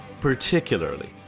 particularly